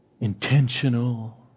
intentional